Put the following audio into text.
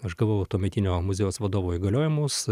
aš gavau tuometinio muziejaus vadovo įgaliojimus